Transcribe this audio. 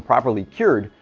properly cured,